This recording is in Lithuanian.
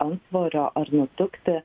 antsvorio ar nutukti